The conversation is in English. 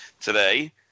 today